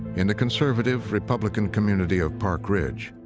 in the conservative republican community of park ridge,